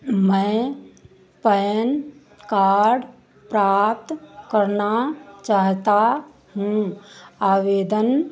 मैं PAN card प्राप्त करना चाहता हूँ आवेदन करने की प्रक्रियाएँ क्या हैं और मुझे किन दस्तावेज़ों की आवश्यकता है मेरे पास मेरा Aadhaar card broadband bill pension भुगतान आदेश और वेतन पर्ची उपलब्ध है